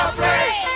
break